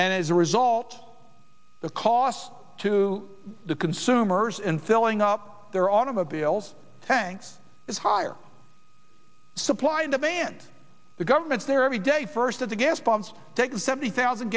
and as a result the cost to the consumers in filling up their automobiles tanks is higher supply and demand the government there every day first of the gas pumps seventy thousand